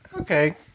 Okay